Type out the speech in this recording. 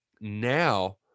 now